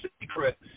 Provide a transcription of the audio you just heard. secret